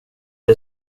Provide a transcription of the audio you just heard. det